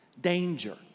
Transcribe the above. danger